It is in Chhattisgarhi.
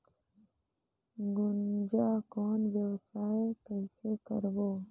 गुनजा कौन व्यवसाय कइसे करबो?